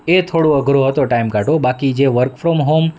એ થોડો અઘરો હતો ટાઈમ કાઢવો બાકી જે વર્ક ફ્રોમ હોમ